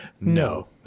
No